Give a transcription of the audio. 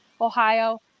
Ohio